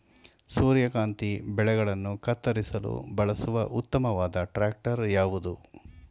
ಸೂರ್ಯಕಾಂತಿ ಬೆಳೆಗಳನ್ನು ಕತ್ತರಿಸಲು ಬಳಸುವ ಉತ್ತಮವಾದ ಟ್ರಾಕ್ಟರ್ ಯಾವುದು?